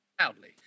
loudly